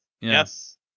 yes